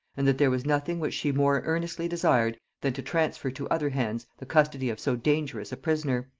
and that there was nothing which she more earnestly desired than to transfer to other hands the custody of so dangerous a prisoner.